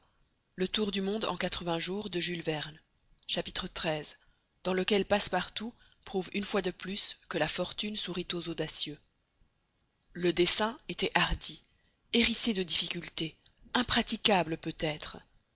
xiii dans lequel passepartout prouve une fois de plus que la fortune sourit aux audacieux le dessein était hardi hérissé de difficultés impraticable peut-être